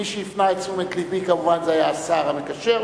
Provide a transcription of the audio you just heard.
מי שהפנה את תשומת לבי כמובן זה השר המקשר,